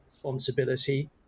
responsibility